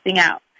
out